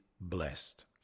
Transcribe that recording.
blessed